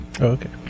Okay